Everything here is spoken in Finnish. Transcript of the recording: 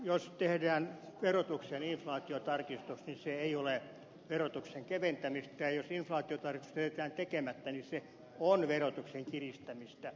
jos tehdään verotukseen inflaatiotarkistus niin se ei ole verotuksen keventämistä ja jos inflaatiotarkistus jätetään tekemättä niin se on verotuksen kiristämistä